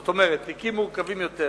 זאת אומרת, תיקים מורכבים יותר,